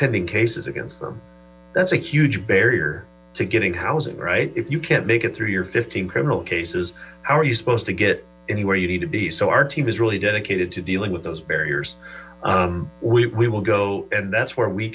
pending cases against them that's a huge barrier to getting housing right if you can't make it through your fifteen criminal cases how are you supposed to get anywhere you need to be so our team is really dedicated to dealing with those barriers we will go and that's where we